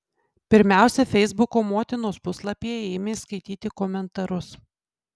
pirmiausia feisbuko motinos puslapyje ėmė skaityti komentarus